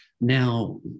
Now